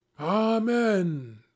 Amen